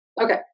Okay